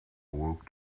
awoke